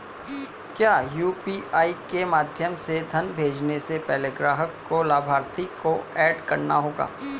क्या यू.पी.आई के माध्यम से धन भेजने से पहले ग्राहक को लाभार्थी को एड करना होगा?